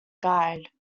guide